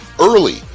early